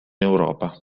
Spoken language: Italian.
europa